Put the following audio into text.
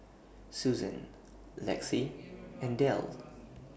Susan Lexie and Delle